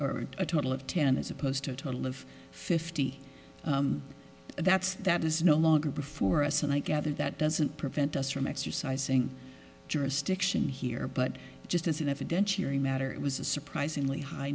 or a total of ten as opposed to a total of fifty that's that is no longer before us and i gather that doesn't prevent us from exercising jurisdiction here but just as an evidentiary matter it was a surprisingly high